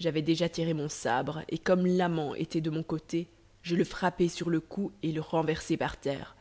j'avais déjà tiré mon sabre et comme l'amant était de mon côté je le frappai sur le cou et le renversai par terre